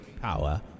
power